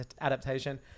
adaptation